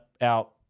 out